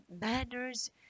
manners